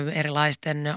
erilaisten